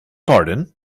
pardon